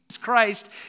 Christ